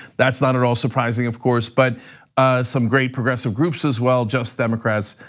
that's not at all surprising, of course, but some great progressive groups as well just democrats.